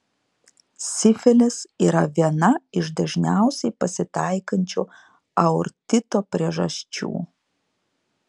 sifilis yra viena iš dažniausiai pasitaikančių aortito priežasčių